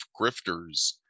grifters